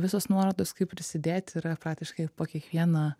visos nuorodos kaip prisidėt yra praktiškai po kiekviena